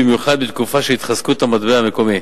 במיוחד בתקופה של התחזקות המטבע המקומי.